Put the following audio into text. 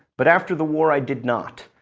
but after the war, i did not.